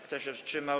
Kto się wstrzymał?